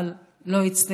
אבל לא הסתייע.